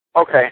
Okay